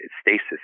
stasis